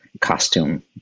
costume